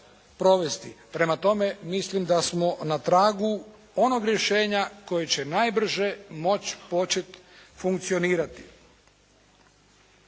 Prema tome, mislim da smo na tragu onog rješenja koje će najbrže moć počet funkcionirati.